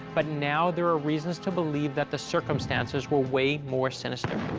but now there are reasons to believe that the circumstances were way more sinister.